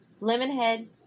Lemonhead